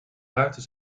ruiten